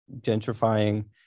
gentrifying